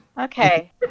Okay